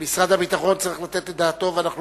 שמשרד הביטחון צריך לתת את דעתו עליהם.